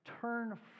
turn